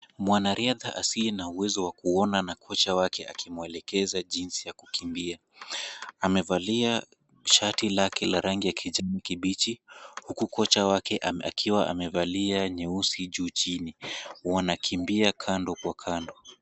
Mwanariadha asiye na uwezo wa kuona ana kocha wake akimwelekeza jinsi ya kukimbia. Amevalia shati lake la rangi ya kijani kibichi, huku kocha wake akiwa amevalia nyeusi juu chini. Wanakimbia kando kwa kando.